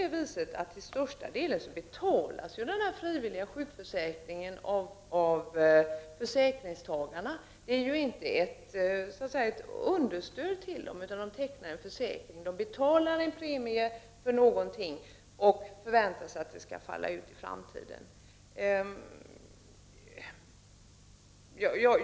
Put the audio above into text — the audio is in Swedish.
Till största delen betalas den frivilliga sjukförsäkringen av försäkringstagarna själva, för det handlar ju inte om ett understöd utan man tecknar en försäkring. Man betalar således en premie och förväntar sig att försäkringspengar skall utfalla i framtiden.